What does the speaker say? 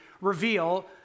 reveal